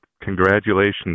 Congratulations